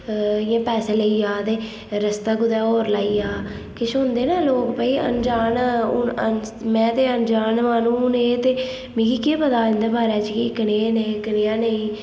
इ'यां पैसे लेई जा ते रस्ते च कुतै होर लेई जा किश होंदे नां लोक भाई अन्जान हुन अज्ज में ते अन्जान माह्नू निं ते मिगी केह् पता उं'दे बारे च कि कनेह् न कनेहा नेईं